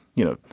you know,